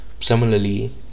similarly